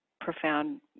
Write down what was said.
profound